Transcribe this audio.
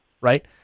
right